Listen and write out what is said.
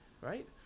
right